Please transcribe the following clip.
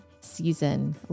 season